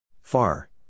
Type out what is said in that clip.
Far